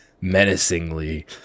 menacingly